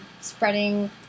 spreading